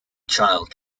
child